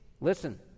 listen